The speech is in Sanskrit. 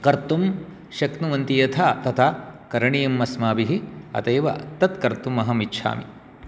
कर्तुं शक्नुवन्ति यथा तथा करणीयम् अस्माभिः अत एव तत् कर्तुम् अहम् इच्छामि